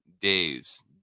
days